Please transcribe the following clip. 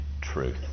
truth